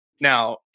Now